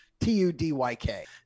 T-U-D-Y-K